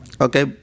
Okay